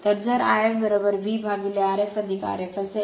तर जर IfV upon Rf Rf असेल